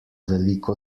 veliko